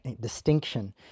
distinction